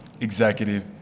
Executive